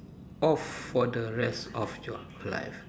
off for the rest of your life